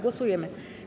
Głosujemy.